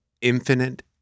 infinite